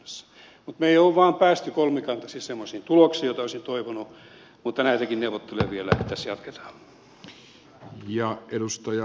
me emme ole vain päässeet kolmikantaisesti semmoisiin tuloksiin joita olisin toivonut mutta näitäkin neuvotteluja vielä tässä jatketaan